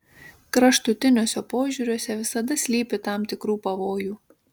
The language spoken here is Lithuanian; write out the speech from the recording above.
kraštutiniuose požiūriuose visada slypi tam tikrų pavojų